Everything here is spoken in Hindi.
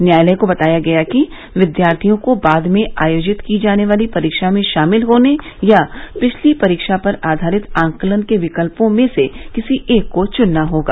न्यायालय को बताया गया कि विद्यार्थयिों को बाद में आयोजित की जाने वाली परीक्षा में शामिल होने या पिछली परीक्षा पर आधारित आकलन के विकल्पों में से किसी एक को चुनना होगा